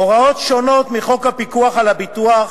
הוראות שונות מחוק הפיקוח על הביטוח,